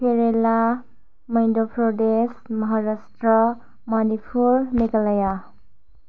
Kerala Madhya Pradesh Maharashtra Manipur Meghalaya